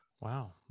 Wow